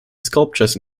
sculptures